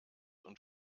und